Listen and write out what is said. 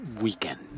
weekend